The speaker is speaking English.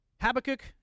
Habakkuk